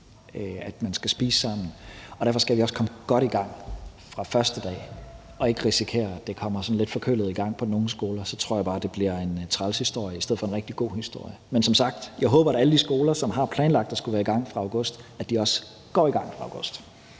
at man skal spise sammen. Derfor skal vi også komme godt i gang fra første dag og ikke risikere, at det kommer sådan lidt forkølet i gang på nogle skoler. Så tror jeg bare, det bliver en træls historie i stedet for en rigtig god historie. Men som sagt håber jeg, at alle de skoler, som har planlagt, at det skulle være i gang fra august, også går i gang fra august.